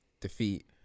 defeat